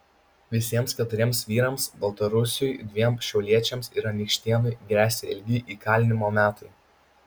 visiems keturiems vyrams baltarusiui dviem šiauliečiams ir anykštėnui gresia ilgi įkalinimo metai